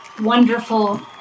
wonderful